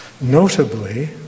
Notably